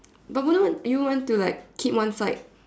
but wouldn't want you want to like keep one side